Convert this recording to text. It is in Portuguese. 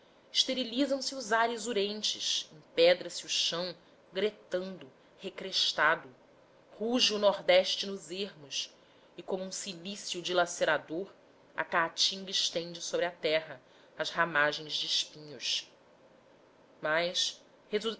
secas esterilizam se os ares urentes empedra se o chão gretando recrestado ruge o nordeste nos ermos e como um cilício dilacerador a caatinga estende sobre a terra as ramagens de espinhos mas